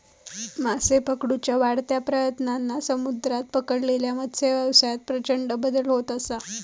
मासे पकडुच्या वाढत्या प्रयत्नांन समुद्रात पकडलेल्या मत्सव्यवसायात प्रचंड बदल होत असा